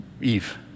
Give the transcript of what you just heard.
Eve